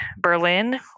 Berlin